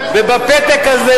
ובפתק הזה,